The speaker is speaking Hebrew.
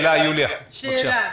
יוליה, יש לך שאלה?